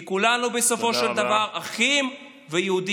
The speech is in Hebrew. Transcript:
כי כולנו בסופו של דבר אחים ויהודים.